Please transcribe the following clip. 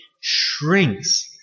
shrinks